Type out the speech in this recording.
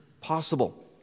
possible